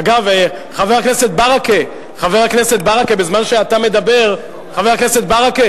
אגב, חבר הכנסת ברכה, בזמן שאתה מדבר, אני